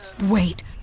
wait